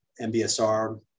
MBSR